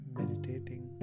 meditating